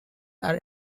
are